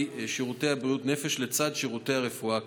שירותי בריאות הנפש לצד שירותי הרפואה כללית.